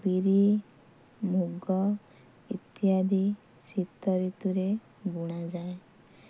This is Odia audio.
ବିରି ମୁଗ ଇତ୍ୟାଦି ଶୀତ ଋତୁରେ ବୁଣାଯାଏ